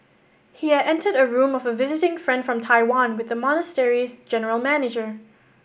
he had entered a room of a visiting friend from Taiwan with the monastery's general manager